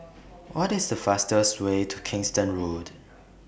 What IS The fastest Way to Kingston